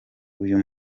uyu